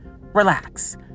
relax